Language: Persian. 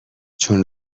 چون